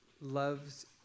loves